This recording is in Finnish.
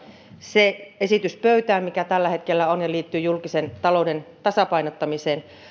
se esitys pöytään mikä tällä hetkellä on ja liittyy julkisen talouden tasapainottamiseen